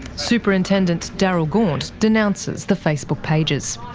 superintendent darryl gaunt denounces the facebook pages.